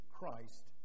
Christ